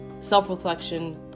self-reflection